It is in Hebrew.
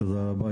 תודה רבה,